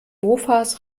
mofas